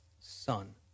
son